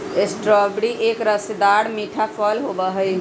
strawberry एक रसदार मीठा फल होबा हई